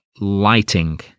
lighting